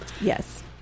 yes